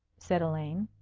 said elaine.